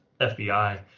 FBI